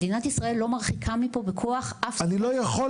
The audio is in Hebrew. מדינת ישראל לא מרחיקה מפה בכוח אף אריתראי --- לצערי,